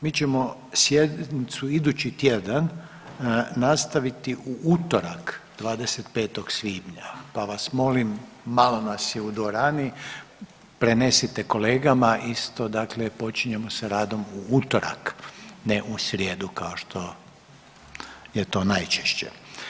Mi ćemo sjednicu idući tjedan nastaviti u utorak, 25. svibnja, pa vas molim, malo nas u dvorani, prenesite kolegama isto dakle, počinjemo sa radom u utorak, ne u srijedu kao što je to najčešće.